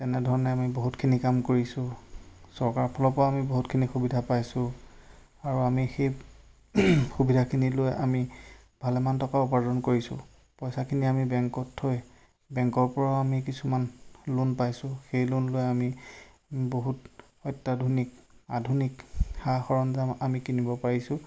এনেধৰণে আমি বহুতখিনি কাম কৰিছোঁ চৰকাৰৰ ফালৰ পৰাও আমি বহুতখিনি সুবিধা পাইছোঁ আৰু আমি সেই সুবিধাখিনি লৈ আমি ভালেমান টকা উপাৰ্জন কৰিছোঁ পইচাখিনি আমি বেংকত থৈ বেংকৰ পৰাও আমি কিছুমান লোন পাইছোঁ সেই লোন লৈ আমি বহুত অত্যাধুনিক আধুনিক সা সৰঞ্জাম আমি কিনিব পাৰিছোঁ